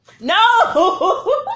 No